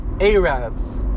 Arabs